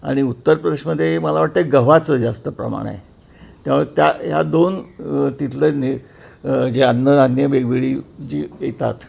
आणि उत्तर प्रदेशमध्ये मला वाटतं गव्हाचं जास्त प्रमाण आहे त्यामुळे त्या ह्या दोन तिथलं ने जे अन्नधान्यं वेगवेगळी जी येतात